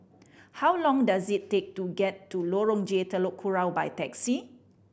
how long does it take to get to Lorong J Telok Kurau by taxi